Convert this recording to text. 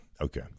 Okay